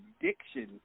addiction